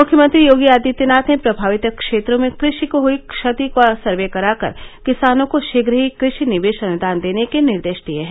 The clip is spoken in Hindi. मुख्यमंत्री योगी आदित्यनाथ ने प्रभावित क्षेत्रों में कृषि को हुई क्षति का सर्वे कराकर किसानों को शीघ्र ही कृषि निवेश अनुदान देने के निर्देश दिये हैं